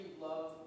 love